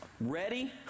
ready